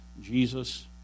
Jesus